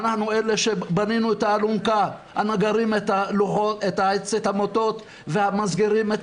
אנחנו אלה שבנינו את האלונקה הנגרים את המוטות והמסגרים את